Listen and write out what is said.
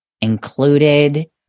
included